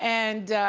and,